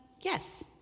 Yes